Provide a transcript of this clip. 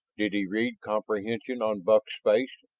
did he read comprehension on buck's face?